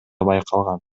байкалган